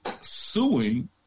suing